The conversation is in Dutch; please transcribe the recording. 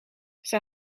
zij